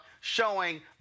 showing